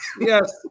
Yes